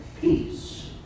peace